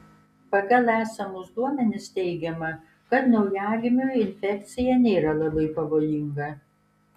pagal esamus duomenis teigiama kad naujagimiui infekcija nėra labai pavojinga